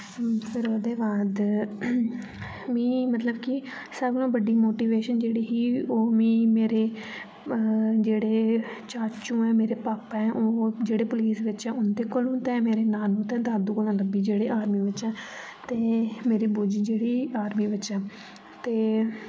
फिर ओह्दे बाद मी मतलब की सारे कोला बड़ी मोटिवेशन जेह्ड़ी ही ओह् मी मेरे जेह्ड़े जेह्ड़े चाचू न मेरे पापा ऐ ओह् जेह्ड़े पुलिस बिच्च ऐ उंदे कोलु ते मेरे नानू ते दादू कोला लब्बी जेह्दे आर्मी बिच्च ऐ ते मेरी बुजी जेह्ड़ी आर्मी बिच्च ऐ ते